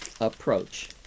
approach